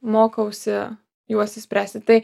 mokausi juos išspręsti tai